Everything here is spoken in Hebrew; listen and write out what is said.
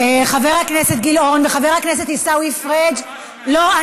חבר הכנסת גילאון וחבר הכנסת עיסאווי פריג' לא.